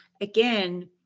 again